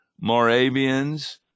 Moravians